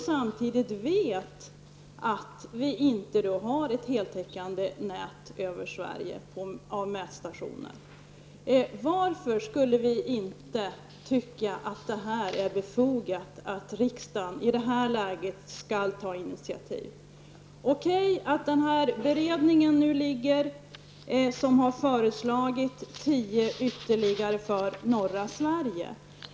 Samtidigt vet vi att vi inte har ett heltäckande nät över Sverige av mätstationer. Varför skulle vi inte tycka att det är befogat att riksdagen i det här läget skall ta initiativ? O.K. -- en beredning har föreslagit ytterligare tio mätstationer i norra Sverige.